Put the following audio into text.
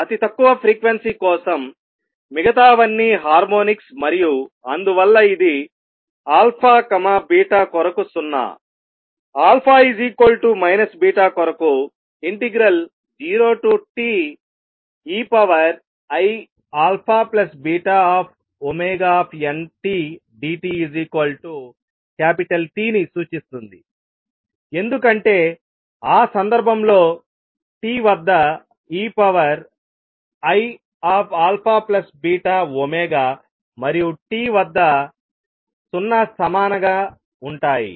అతి తక్కువ ఫ్రీక్వెన్సీ కోసం మిగతావన్నీ హార్మోనిక్స్ మరియు అందువల్ల ఇది α β కొరకు 0 α β కొరకు 0TeiαβntdtT ని సూచిస్తుంది ఎందుకంటే ఆ సందర్భంలో T వద్ద eiαβమరియు T వద్ద 0 సమానంగా ఉంటాయి